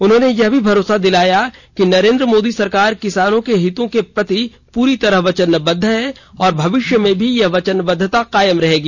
उन्होंने यह भी भरोसा दिलाया कि नरेंद्र मोदी सरकार किसानों के हितों के प्रति पूरी तरह वचनबद्व है और भविष्य में भी यह वचनबद्वता कायम रहेगी